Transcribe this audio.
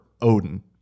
Odin